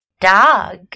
Dog